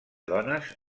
dones